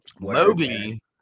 Moby